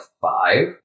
five